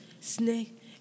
Snake